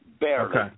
barely